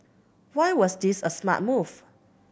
why was this a smart move